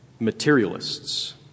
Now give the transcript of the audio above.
Materialists